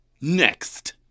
next